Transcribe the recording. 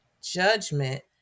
judgment